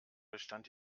bestand